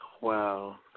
wow